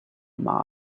mob